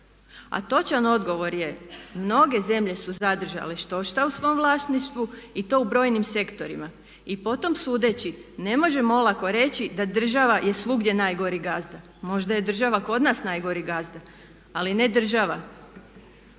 A točan odgovor je mnoge zemlje su zadržale štošta u svom vlasništvu i to u brojnim sektorima. I potom sudeći ne možemo olako reći da država je svugdje najgori gazda. Možda je država kod nas najgori gazda, ali ne država.